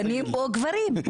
דנים בו גברים.